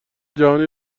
جهانی